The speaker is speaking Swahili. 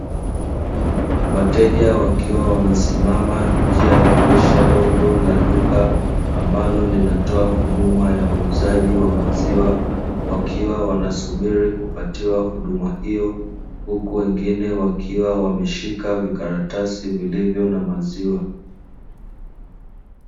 Wateja wakiwa wamesimama nje ya dirisha dogo la duka, ambalo linatoa huduma ya uuzaji wa maziwa, wakiwa wanasubiri kupatiwa huduma hiyo. Huku wengine wakiwa wameshika vikaratasi vilivyo na maziwa.